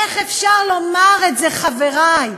איך אפשר לומר את זה, חברי?